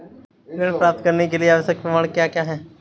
ऋण प्राप्त करने के लिए आवश्यक प्रमाण क्या क्या हैं?